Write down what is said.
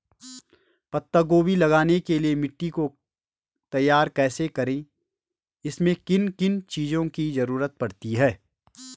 पत्ता गोभी लगाने के लिए मिट्टी को तैयार कैसे करें इसमें किन किन चीज़ों की जरूरत पड़ती है?